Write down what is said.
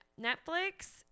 netflix